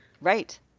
Right